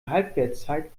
halbwertszeit